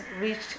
reached